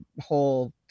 whole